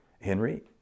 Henry